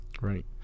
Right